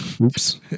Oops